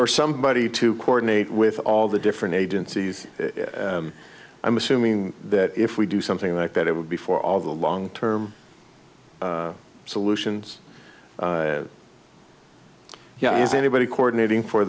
are somebody to coordinate with all the different agencies and i'm assuming that if we do something like that it would be for all the long term solutions you know as anybody coordinating for